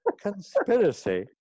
conspiracy